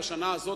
בשנה הזאת,